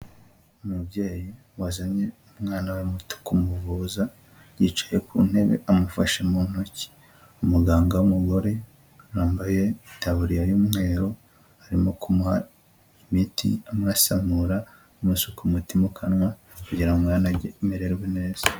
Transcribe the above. Umubyeyi wazanye umwana we muto kumuvuza, yicaye ku ntebe amufashe mu ntoki. Umuganga w'umugore wambaye itaburiya y'umweru, arimo kumuha imiti amwasamura, amasuka umuti mu kanwa kugira ngo umwana amererwe neza.